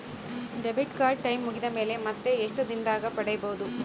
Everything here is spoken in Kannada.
ಡೆಬಿಟ್ ಕಾರ್ಡ್ ಟೈಂ ಮುಗಿದ ಮೇಲೆ ಮತ್ತೆ ಎಷ್ಟು ದಿನದಾಗ ಪಡೇಬೋದು?